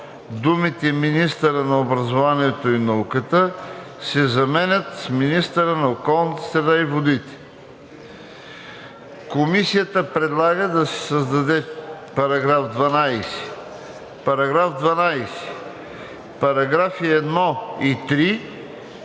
думите „министъра на образованието и науката“ се заменят с „министъра на околната среда и водите“. Комисията предлага да се създаде § 12: „§ 12. Параграфи 1 и 3